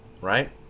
right